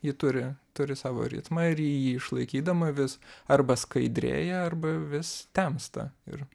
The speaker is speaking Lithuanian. ji turi turi savo ritmą ir ji jį išlaikydama vis arba skaidrėja arba vis temsta ir